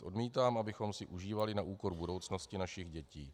Odmítám, abychom si užívali na úkor budoucnosti našich dětí.